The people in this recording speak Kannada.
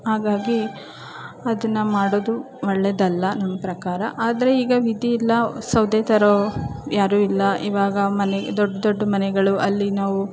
ಹಾಗಾಗಿ ಅದನ್ನು ಮಾಡೋದು ಒಳ್ಳೆಯದಲ್ಲ ನನ್ನ ಪ್ರಕಾರ ಆದರೆ ಈಗ ವಿಧಿ ಇಲ್ಲ ಸೌದೆ ತರೋ ಯಾರು ಇಲ್ಲ ಇವಾಗ ಮನೆ ದೊಡ್ಡ ದೊಡ್ಡ ಮನೆಗಳು ಅಲ್ಲಿ ನಾವು